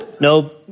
No